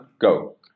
go